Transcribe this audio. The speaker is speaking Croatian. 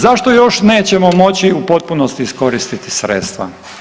Zašto još nećemo moći u potpunosti iskoristiti sredstva?